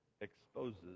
exposes